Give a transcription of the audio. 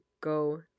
go